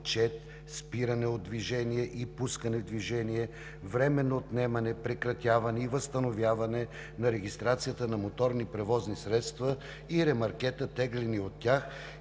спиране от движение и пускане в движение, временно отнемане, прекратяване и възстановяване на регистрацията на моторните превозни средства и ремаркета, теглени от тях,